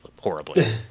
horribly